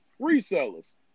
Resellers